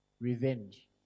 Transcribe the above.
Revenge